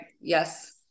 Yes